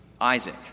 Isaac